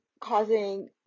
causing